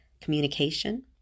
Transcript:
communication